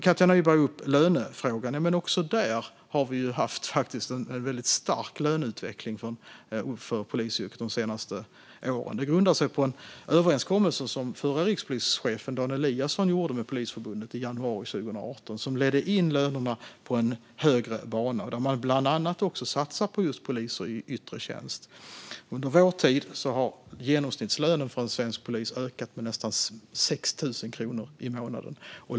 Katja Nyberg tog upp lönefrågan. Vi har haft en väldigt stark löneutveckling för polisyrket de senaste åren. Det grundar sig på en överenskommelse som den förre rikspolischefen Dan Eliasson gjorde med Polisförbundet i januari 2018 och som ledde in lönerna på en högre bana. Man har bland annat satsat på poliser i yttre tjänst. Under vår tid har genomsnittslönen för en svensk polis ökat med nästan 6 000 kronor i månaden.